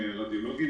רדיולוגים.